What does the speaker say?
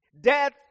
Death